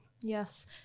yes